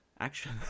action